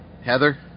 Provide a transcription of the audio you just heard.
Heather